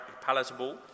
palatable